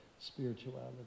spirituality